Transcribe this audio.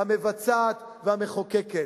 המבצעת והמחוקקת.